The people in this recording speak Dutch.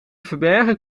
verbergen